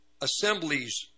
assemblies